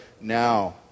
now